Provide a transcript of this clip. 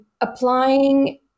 applying